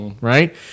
right